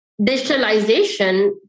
digitalization